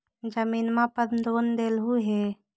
जमीनवा पर लोन लेलहु हे?